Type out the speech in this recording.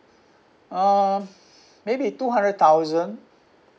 uh maybe two hundred thousand